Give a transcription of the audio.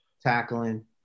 tackling